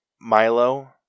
Milo